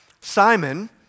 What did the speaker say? Simon